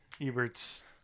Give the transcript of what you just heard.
ebert's